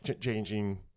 changing